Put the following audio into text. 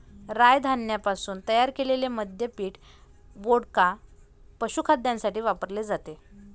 राय धान्यापासून तयार केलेले मद्य पीठ, वोडका, पशुखाद्यासाठी वापरले जाते